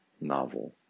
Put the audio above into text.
novel